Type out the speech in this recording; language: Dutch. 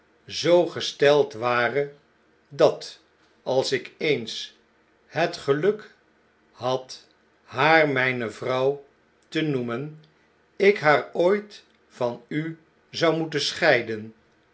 zoo gesteld ware dat als ik eens het geluk had haar mijne vrouw te noemen ik haar ooit van u zou moeten scheiden